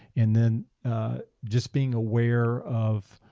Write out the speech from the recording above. and then just being aware of